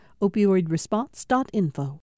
Opioidresponse.info